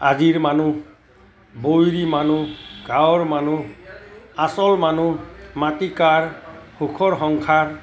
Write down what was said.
আজিৰ মানুহ বৈৰী মানুহ গাঁৱৰ মানুহ আচল মানুহ মাটি কাৰ সুখৰ সংসাৰ